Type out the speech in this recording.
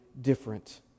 different